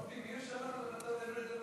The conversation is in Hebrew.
מי הרשה לדבר על עבר הירדן